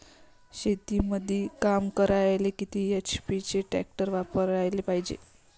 शेतीमंदी काम करायले किती एच.पी चे ट्रॅक्टर वापरायले पायजे?